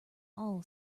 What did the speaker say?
all